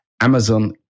Amazon